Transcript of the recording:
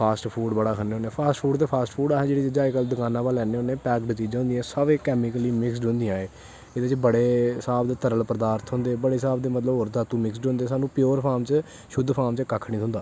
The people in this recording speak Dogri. फास्ट फूड़ बड़ा खन्ने होने फास्ट फूड़ ते फास्ट फूड़ अस जेह्ड़ी चीजां दकानें परा दा लैन्ने होनें पैकड़ चीजां होंदियां सब एह् कैमिकली मिक्सड़ होंदियां एह् एह्दे च बड़े हिसाब दे तरल पदार्थ होंदे बड़ेहिसाव दे होर मतलव धातू मिकसड होंदे साह्नू प्योर फाम च शुध्द फाम च कक्ख नी थ्होंदा